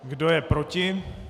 Kdo je proti?